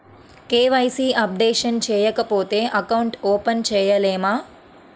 KYC updation చేయకపోతే account open చేయలేమా?